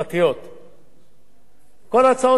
כל ההצעות שלי קיבלו תמיכה מכל,